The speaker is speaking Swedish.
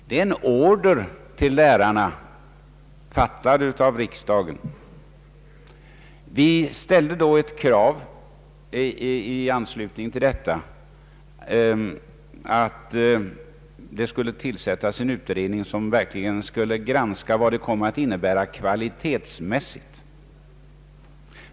Det är en order till lärarna, utdelad av riksdagen. I anslutning till detta ställde vi krav på att det skulle tillsättas en utredning som verkligen skulle granska vad det kom att innebära kvalitetsmässigt.